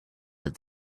had